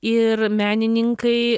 ir menininkai